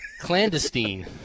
clandestine